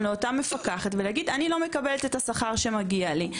לאותם מפקחת ולהגיד אני לא מקבלת את השכר שמגיע לי,